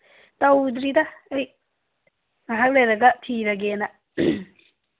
ꯇꯧꯗ꯭ꯔꯤꯗ ꯑꯩ ꯉꯥꯏꯍꯥꯛ ꯂꯩꯔꯒ ꯊꯤꯔꯒꯦꯅ